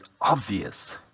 obvious